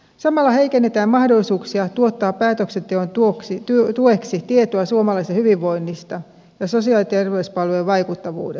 samalla heikennetään mahdollisuuksia tuottaa päätöksenteon tueksi tietoa suomalaisten hyvinvoinnista ja sosiaali ja terveyspalvelujen vaikuttavuudesta